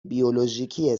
بیولوژیکی